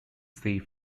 safe